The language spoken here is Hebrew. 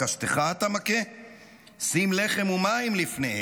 שים לחם ומים לפניהם,